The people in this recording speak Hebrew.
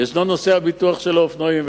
וישנו נושא הביטוח של האופנועים.